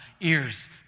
ears